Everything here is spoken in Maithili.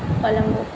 कोलम्बो